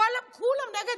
כולם נגד,